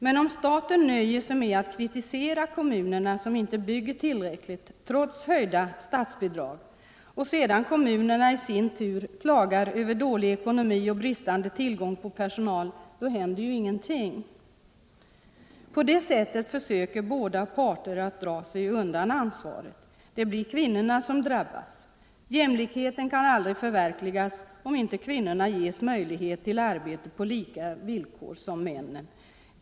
Men om staten nöjer sig med att kritisera kommunerna som inte bygger tillräckligt trots höjda statsbidrag och sedan kommunerna i sin tur klagar över dålig ekonomi och bristande tillgång på personal, så händer ju ingenting. På det sättet försöker båda parter att dra sig undan ansvaret. Det blir kvinnorna som drabbas. Jämlikheten kan aldrig förverkligas om inte kvinnorna ges möjlighet till arbete på samma villkor som männen.